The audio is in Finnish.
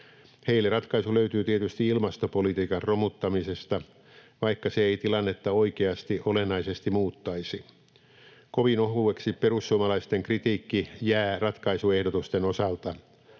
Heille ratkaisu löytyy tietysti ilmastopolitiikan romuttamisesta, vaikka se ei tilannetta oikeasti olennaisesti muuttaisi. Kovin ohueksi perussuomalaisten kritiikki jää ratkaisuehdotusten osalta.